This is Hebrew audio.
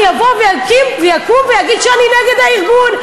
אני אבוא ואקום ואגיד שאני נגד הארגון.